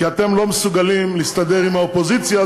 כי אתם לא מסוגלים להסתדר עם האופוזיציה,